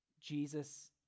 Jesus